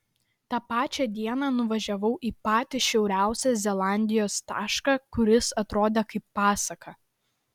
tą pačią dieną nuvažiavau į patį šiauriausią zelandijos tašką kuris atrodė kaip pasaka